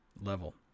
level